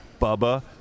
Bubba